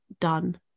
done